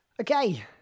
okay